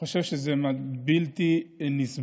אני חושב שזה בלתי נסבל,